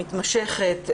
מתמשכת,